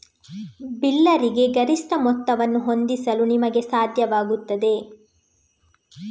ಬಿಲ್ಲರಿಗೆ ಗರಿಷ್ಠ ಮೊತ್ತವನ್ನು ಹೊಂದಿಸಲು ನಿಮಗೆ ಸಾಧ್ಯವಾಗುತ್ತದೆ